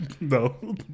No